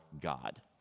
God